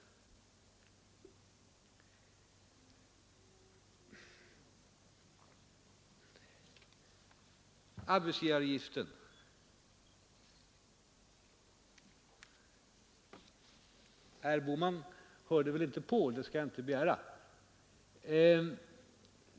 När jag talade om höjningen av arbetsgivaravgiften hörde kanske herr Bohman inte på; och det skall jag väl inte heller begära.